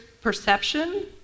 perception